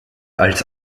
als